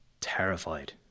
terrified